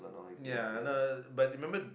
ya no but remember